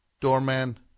Doorman